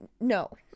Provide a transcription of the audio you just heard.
No